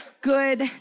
good